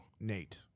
Nate